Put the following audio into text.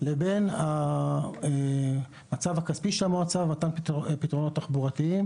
לבין המצב הכספי של המועצה ומתן פתרונות תחבורתיים